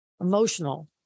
emotional